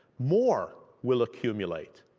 more will accumulate.